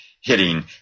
hitting